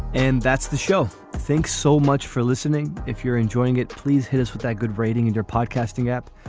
and that's the show. thanks so much for listening. if you're enjoying it, please hit us with that good rating and your podcasting app.